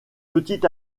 petit